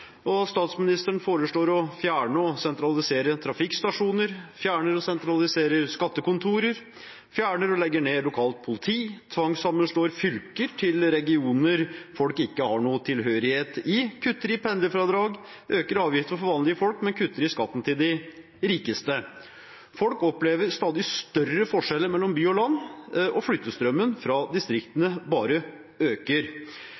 og statsministeren foreslår å fjerne og sentralisere trafikkstasjoner, fjerner og sentraliserer skattekontorer, fjerner og legger ned lokalt politi, tvangssammenslår fylker til regioner folk ikke har noen tilhørighet til, kutter i pendlerfradrag, øker avgiften for vanlige folk, men kutter i skatten til de rikeste. Folk opplever stadig større forskjeller mellom by og land og flyttestrømmen fra